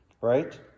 right